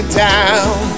down